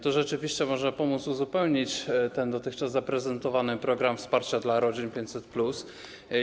To rzeczywiście może pomóc uzupełnić ten dotychczas zaprezentowany program wsparcia dla rodzin 500+.